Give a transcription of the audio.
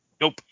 Nope